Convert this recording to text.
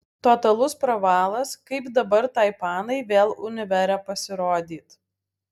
totalus pravalas kaip dabar tai panai vėl univere pasirodyt